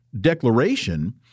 declaration